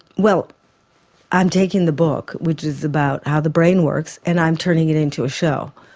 well i'm taking the book, which is about how the brain works and i'm turning it into a show,